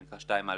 זה נקרא 2/א/5.